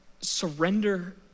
surrender